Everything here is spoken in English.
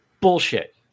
Bullshit